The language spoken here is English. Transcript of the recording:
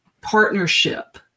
partnership